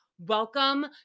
welcome